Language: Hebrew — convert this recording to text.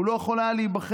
הוא לא יכול היה להיבחר.